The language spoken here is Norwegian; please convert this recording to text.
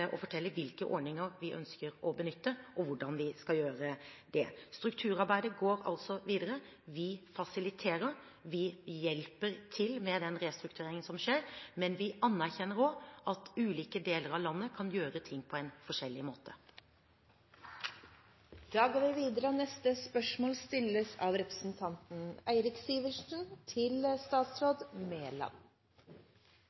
fortelle hvilke ordninger vi ønsker å benytte, og hvordan vi skal gjøre det. Strukturarbeidet går altså videre, vi fasiliterer, vi hjelper til med den restruktureringen som skjer, men vi anerkjenner også at ulike deler av landet kan gjøre ting på forskjellige måter. «Telenor har varslet at de som en del av restruktureringsprosessen vil nedbemanne sine avdelinger på Finnsnes og